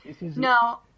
No